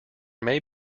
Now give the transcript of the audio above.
may